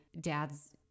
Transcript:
dad's